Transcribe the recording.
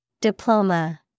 Diploma